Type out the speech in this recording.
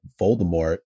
Voldemort